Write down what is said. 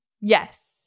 Yes